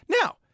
Now